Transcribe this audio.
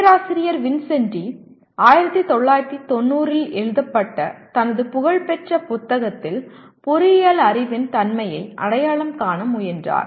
பேராசிரியர் வின்சென்டி 1990 இல் எழுதப்பட்ட தனது புகழ்பெற்ற புத்தகத்தில் பொறியியல் அறிவின் தன்மையை அடையாளம் காண முயன்றார்